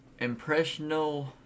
impressional